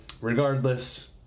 Regardless